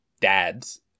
dads